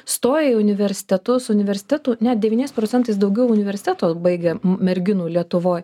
stoja į universitetus universitetų net devyniais procentais daugiau universitetų baigia merginų lietuvoj